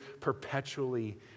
perpetually